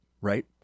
right